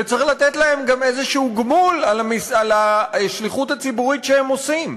וצריך לתת להם גם איזה גמול שהוא על השליחות הציבורית שהם עושים.